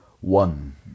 One